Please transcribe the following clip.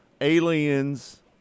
aliens